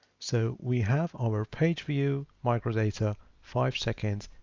so we have our page view microdata, five seconds.